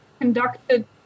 conducted